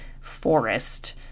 forest